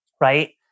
right